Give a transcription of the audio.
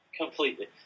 Completely